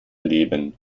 leben